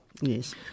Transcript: Yes